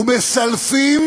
ומסלפים,